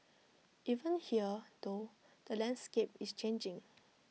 even here though the landscape is changing